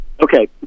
Okay